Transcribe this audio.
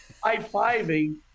high-fiving